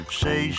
say